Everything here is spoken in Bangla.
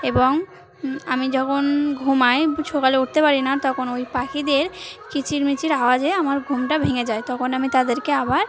এবং আমি যখন ঘুমাই সকালে উঠতে পারি না তখন ওই পাখিদের কিচিরমিচির আওয়াজে আমার ঘুমটা ভেঙে যায় তখন আমি তাদেরকে আবার